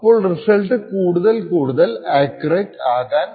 അപ്പോൾ റിസൾട്ട് കൂടുതൽ കൂടുതൽ അക്ക്യൂറേറ്റ് ആകുന്നു